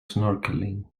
snorkeling